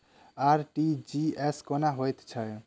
RTGS कोना होइत छै?